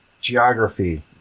geography